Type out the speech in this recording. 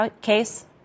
case